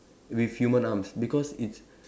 with human arms because it's